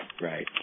Right